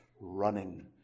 running